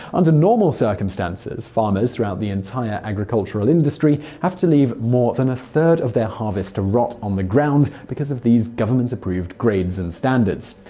under normal circumstances, circumstances, farmers throughout the entire agricultural industry have to leave more than a third of their harvest to rot on the ground because of these government-approved grades and standards.